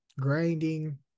grinding